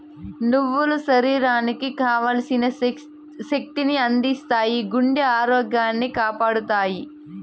నువ్వులు శరీరానికి కావల్సిన శక్తి ని అందిత్తాయి, గుండె ఆరోగ్యాన్ని కాపాడతాయి